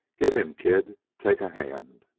get in, kid take a hand.